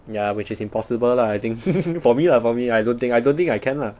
ya which is impossible lah I think for me lah for me I don't think I don't think I can lah